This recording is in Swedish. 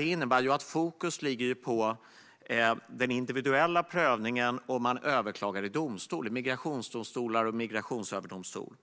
Det innebär att fokus ligger på den individuella prövningen, och man överklagar i domstol - i migrationsdomstolar och Migrationsöverdomstolen.